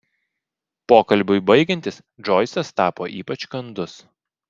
pokalbiui baigiantis džoisas tapo ypač kandus